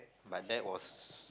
but that was